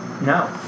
No